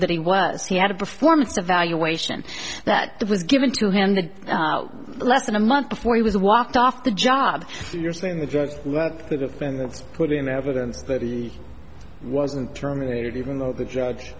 that he was he had a performance evaluation that it was given to him the less than a month before he was walked off the job you're saying that the defendants put in evidence that he wasn't terminated even though the judge